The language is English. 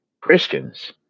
Christians